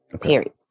period